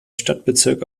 stadtbezirk